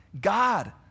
God